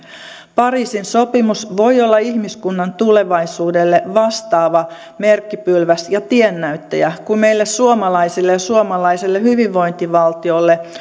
pariisin sopimus voi olla ihmiskunnan tulevaisuudelle vastaava merkkipylväs ja tiennäyttäjä kuin meille suomalaisille ja suomalaiselle hyvinvointivaltiolle